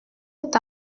est